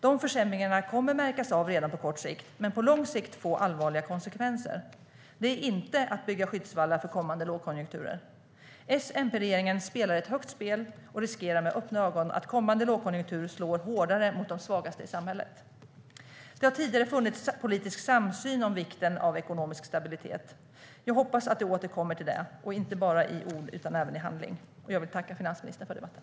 Dessa försämringar kommer att märkas av redan på kort sikt, men på lång sikt kommer de att få allvarliga konsekvenser. Det är inte att bygga skyddsvallar för kommande lågkonjunkturer. S-MP-regeringen spelar ett högt spel och riskerar med öppna ögon att kommande lågkonjunktur slår hårdare mot de svagaste i samhället. Det har tidigare funnits en politisk samsyn om vikten av ekonomisk stabilitet. Jag hoppas vi kommer tillbaka till det - inte bara i ord, utan även i handling. Jag vill tacka finansministern för debatten.